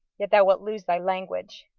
yet thou wilt lose thy language.